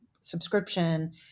subscription